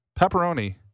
Pepperoni